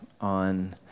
on